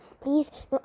please